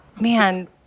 man